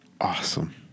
Awesome